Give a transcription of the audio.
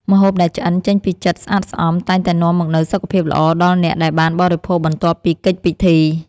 ម្ហូបដែលឆ្អិនចេញពីចិត្តស្អាតស្អំតែងតែនាំមកនូវសុខភាពល្អដល់អ្នកដែលបានបរិភោគបន្ទាប់ពីកិច្ចពិធី។